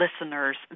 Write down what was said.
listeners